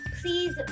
please